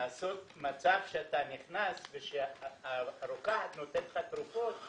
ליצור מצב כשאתה נכנס והרוקחת נותנת לך את התרופות,